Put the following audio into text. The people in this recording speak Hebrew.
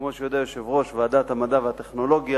כמו שיודע יושב-ראש ועדת המדע והטכנולוגיה,